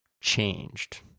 changed